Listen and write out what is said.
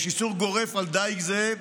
יש איסור גורף על דיג זה,